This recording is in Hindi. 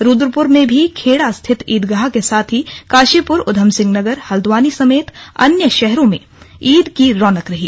रुद्रपुर में भी खेड़ा स्थित ईदगाह के साथ ही काशीपुर ऊधमसिंह नगर हल्द्वानी समेत अन्य शहरों में ईद की रौनक रही